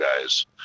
guys